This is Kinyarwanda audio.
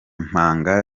mpanga